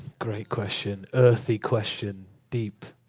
great question. earthy question. deep.